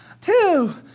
two